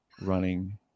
running